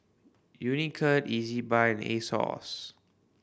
Unicurd Ezbuy and Asos